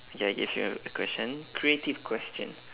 okay I give you a a question creative question